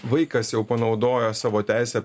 vaikas jau panaudojo savo teisę